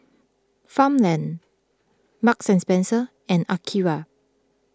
Farmland Marks and Spencer and Akira